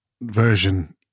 version